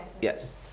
yes